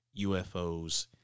UFOs